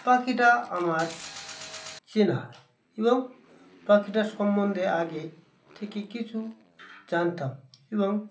পাখিটা আমার চেনা এবং পাখিটার সম্বন্ধে আগে থেকে কিছু জানতাম এবং